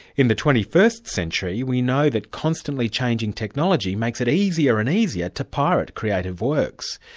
in the twenty first century we know that constantly changing technology makes it easier and easier to pirate creative works.